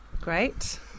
Great